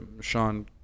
Sean